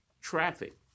Traffic